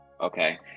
Okay